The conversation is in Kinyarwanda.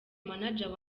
manager